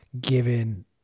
given